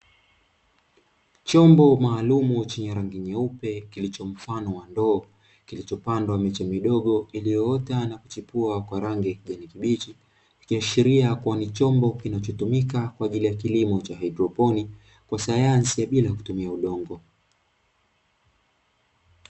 Chombo maalumu chenye rangi nyeupe kilicho mfano wa ndoo kilichopandwa miche midogo iliyoota na kuchipua kwa rangi ya kijani kibichi, ikiashiria kua ni chombo kinachotumika kwa ajili ya kilimo cha haidroponi kwa sayansi ya bila kutimia udongo.